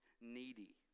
needy